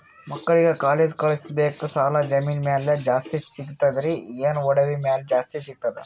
ಮಕ್ಕಳಿಗ ಕಾಲೇಜ್ ಕಳಸಬೇಕು, ಸಾಲ ಜಮೀನ ಮ್ಯಾಲ ಜಾಸ್ತಿ ಸಿಗ್ತದ್ರಿ, ಏನ ಒಡವಿ ಮ್ಯಾಲ ಜಾಸ್ತಿ ಸಿಗತದ?